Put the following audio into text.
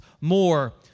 more